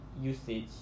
usage